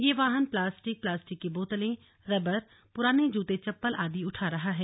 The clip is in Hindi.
यह वाहन प्लास्टिक प्लास्टिक की बोतलें रबर पुराने जूते चप्पल आदि उठा रहा है